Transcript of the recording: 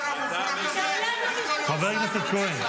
איך הדבר המופרך הזה יכול להיות שר בממשלה?